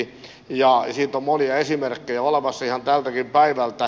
siitä on monia esimerkkejä olemassa ihan tältäkin päivältä